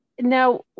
Now